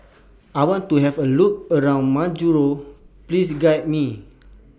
I want to Have A Look around Majuro Please Guide Me